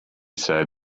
said